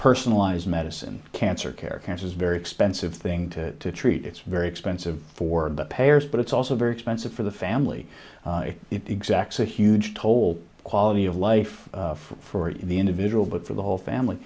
personalized medicine cancer care cancer is very expensive thing to treat it's very expensive for the payers but it's also very expensive for the family exact so huge toll quality of life for the individual but for the whole family